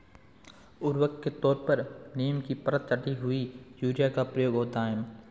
उर्वरक के तौर पर नीम की परत चढ़ी हुई यूरिया का प्रयोग होता है